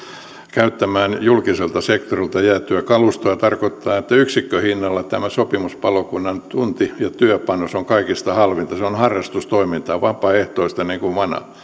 käyttämään julkiselta sektorilta jäänyttä kalustoa tarkoittaa käytännössä sitä että yksikköhinnalla tämä sopimuspalokunnan tunti ja työpanos on kaikista halvinta se on harrastustoimintaa vapaaehtoista niin kuin